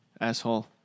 asshole